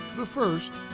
the first,